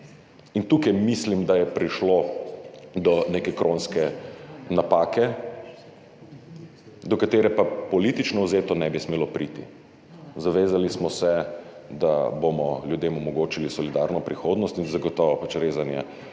Tukaj mislim, da je prišlo do neke kronske napake, do katere pa politično gledano ne bi smelo priti. Zavezali smo se, da bomo ljudem omogočili solidarno prihodnost in zagotovo rezanje